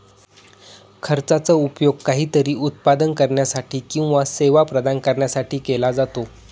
खर्चाचा उपयोग काहीतरी उत्पादन करण्यासाठी किंवा सेवा प्रदान करण्यासाठी केला जातो